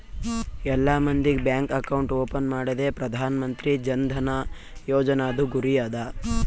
ಎಲ್ಲಾ ಮಂದಿಗ್ bank account open ಮಾಡದೆ ಪ್ರಧಾನ್ ಮಂತ್ರಿ ಜನ್ ಧನ ಯೋಜನಾದು ಗುರಿ ಅದ